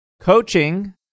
coaching